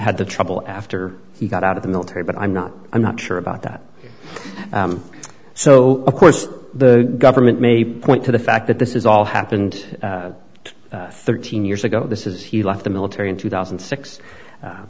had the trouble after he got out of the military but i'm not i'm not sure about that so of course the government may point to the fact that this is all happened thirteen years ago this is he left the military in two thousand